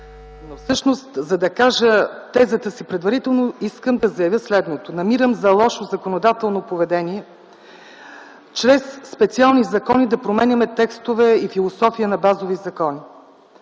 но всъщност, за да кажа тезата си предварително искам да заявя следното – намирам за лошо законодателно поведение чрез специални закони да променяме текстове и философия на базови закони.